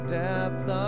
depth